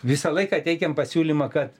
visą laiką teikėm pasiūlymą kad